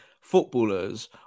footballers